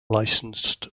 licensed